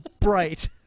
bright